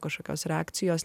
kažkokios reakcijos